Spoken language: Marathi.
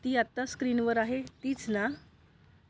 ती आत्ता स्क्रीनवर आहे तीच ना